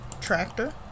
tractor